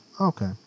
okay